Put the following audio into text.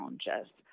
challenges